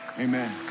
Amen